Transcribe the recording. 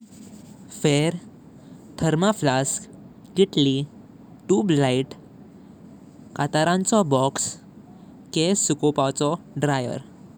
Fair, thermo flask, किटली, tubelight, कांतरांचो box, केस सुकवपाचो ड्रायर।